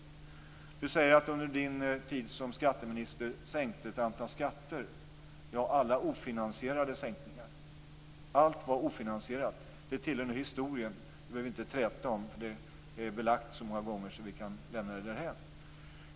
Bo Lundgren säger att han under sin tid som skatteminister sänkte ett antal skatter. Alla sänkningar var ofinansierade. Allt var ofinansierat. Det tillhör nu historien. Det behöver vi inte träta om. Det är belagt så många gånger att vi kan lämna det därhän.